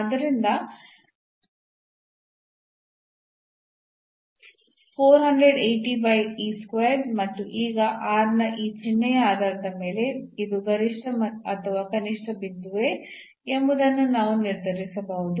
ಆದ್ದರಿಂದ ಮತ್ತು ಈಗ ನ ಈ ಚಿಹ್ನೆಯ ಆಧಾರದ ಮೇಲೆ ಇದು ಗರಿಷ್ಠ ಅಥವಾ ಕನಿಷ್ಠ ಬಿಂದುವೇ ಎಂಬುದನ್ನು ನಾವು ನಿರ್ಧರಿಸಬಹುದು